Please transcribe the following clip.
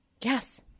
Yes